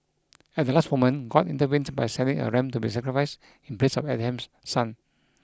at the last moment God intervened by sending a ram to be sacrificed in place of Abraham's son